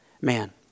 man